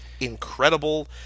incredible